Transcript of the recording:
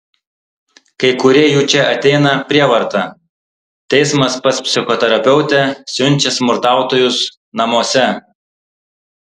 kai kurie jų čia ateina prievarta teismas pas psichoterapeutę siunčia smurtautojus namuose